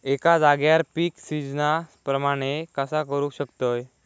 एका जाग्यार पीक सिजना प्रमाणे कसा करुक शकतय?